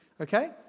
okay